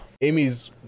Amy's